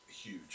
Huge